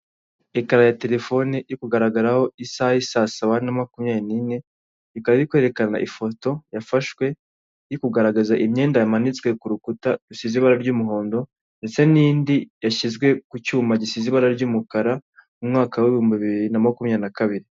Ekara ya telefone iri kugaragaraho isaha i saa saba na makumya biri n'ine ikaba iri kwerekana ifoto yafashwe yo kugaragaza imyenda yamanitswe ku rukuta rusize ibara ry'umuhondo, ndetse n'indi yashyizwe ku cyuma gisize ibara ry'umukara mu mwaka w'ibihumbi bibiri na makumyabiri na kabiri.